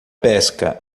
pesca